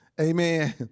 Amen